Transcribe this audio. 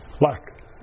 black